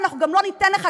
ואנחנו גם לא ניתן לך.